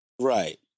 Right